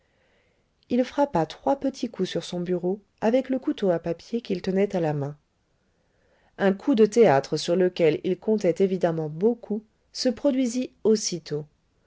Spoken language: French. il frappa trois petits coups sur son bureau avec le couteau à papier qu'il tenait à la main un coup de théâtre sur lequel il comptait évidemment beaucoup se produisit aussitôt